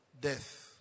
death